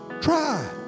Try